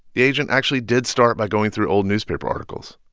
the agent actually did start by going through old newspaper articles.